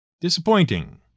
Disappointing